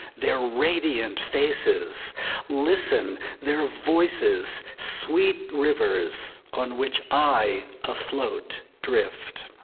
there radiant faces listen their voices, sweet rivers, on which i afloat drift.